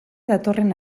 datorren